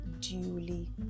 duly